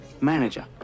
Manager